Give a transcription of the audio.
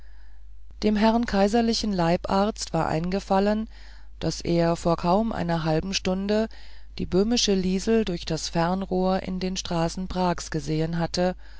dem herrn kaiserlichen leibarzt war eingefallen daß er vor kaum einer halben stunde die böhmische liesel durch das fernrohr in den straßen prags gesehen hatte